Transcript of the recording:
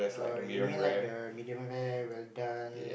err you mean like the medium rare well done